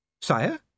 Sire